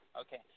Okay